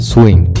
Swing